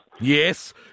Yes